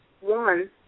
One